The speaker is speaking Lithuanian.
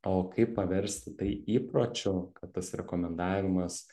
o kaip paversti tai įpročiu kad tas rekomendavimas